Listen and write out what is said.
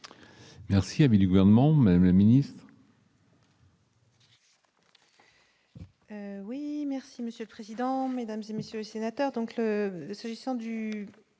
Merci du gouvernement, même le ministre. Oui merci monsieur le président, Mesdames et messieurs les sénateurs,